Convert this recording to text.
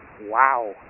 Wow